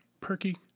Perky